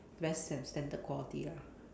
less stan~ standard quality lah